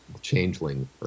Changeling